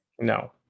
No